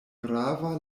grava